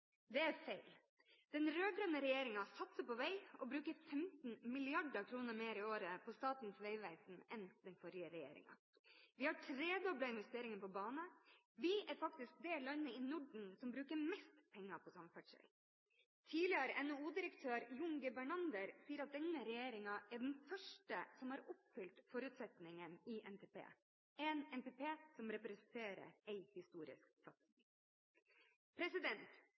Det er feil. Den rød-grønne regjeringen satser på vei og bruker 15 mrd. kr mer i året på Statens vegvesen enn den forrige regjeringen. Vi har tredoblet investeringene på bane. Vi er faktisk det landet i Norden som bruker mest penger på samferdsel. Tidligere NHO-direktør John G. Bernander sier at denne regjeringen er den første som har oppfylt forutsetningene i NTP, en NTP som representerer en historisk satsing.